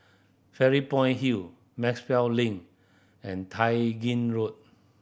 Fairy Point Hill Maxwell Link and Tai Gin Road